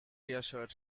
reassure